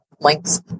links